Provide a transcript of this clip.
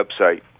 website